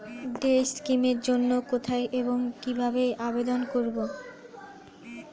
Day scheme এর জন্য কোথায় এবং কিভাবে আবেদন করব?